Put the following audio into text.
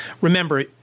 Remember